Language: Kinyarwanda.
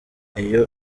iyo